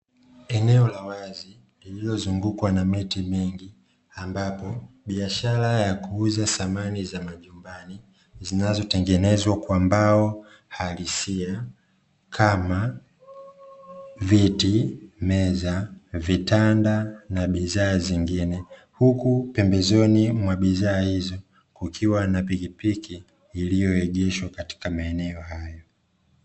Eneo la wazi lililozungukwa na miti mingi, ambapo biashara ya kuuza samani za majumbani zinazo tengenezwa kwa mbao halisia kama viti, meza, vitanda, na bidhaa zingine. Huku pembezoni mwa bidhaa hizo kukiwa na pikipiki iliyoegeshwa katika maeneo hayo.